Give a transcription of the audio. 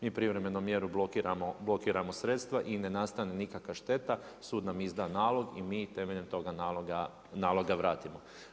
Mi privremenom mjerom blokiramo sredstva i ne nastane nikakva šteta, sud nam izda nalog i mi temeljem toga naloga vratimo.